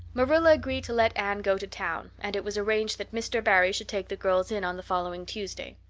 marilla agreed to let anne go to town, and it was arranged that mr. barry should take the girls in on the following tuesday.